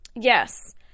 Yes